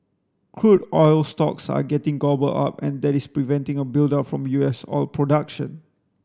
crude oil stocks are getting gobbled up and that is preventing a buildup from U S oil production